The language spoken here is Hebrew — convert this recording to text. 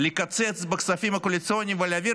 אם רוצים לקצץ בכספים הקואליציוניים ולהעביר